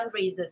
fundraisers